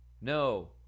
No